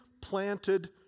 planted